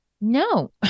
No